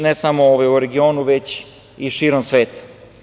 Ne samo u regionu, već i širom sveta.